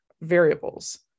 variables